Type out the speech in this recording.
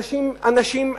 אנשים,